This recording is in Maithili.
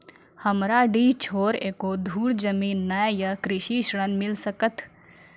हमरा डीह छोर एको धुर जमीन न या कृषि ऋण मिल सकत?